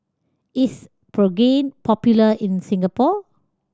is Pregain popular in Singapore